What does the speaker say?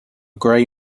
gray